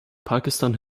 pakistan